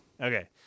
Okay